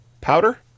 powder